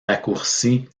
raccourci